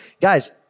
guys